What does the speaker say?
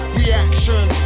reaction